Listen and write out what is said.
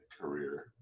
career